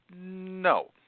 No